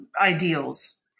ideals